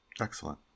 Excellent